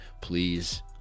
please